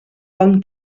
bon